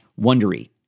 Wondery